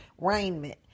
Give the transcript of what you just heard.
raiment